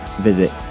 visit